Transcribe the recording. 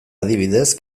adibidez